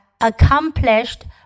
accomplished